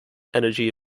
energy